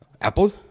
Apple